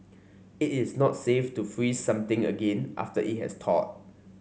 it is not safe to freeze something again after it has thawed